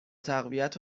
تقویت